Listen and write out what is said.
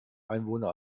einwohner